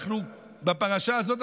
בפרשה הזאת,